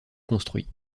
construits